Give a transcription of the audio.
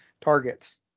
targets